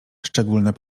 szczególne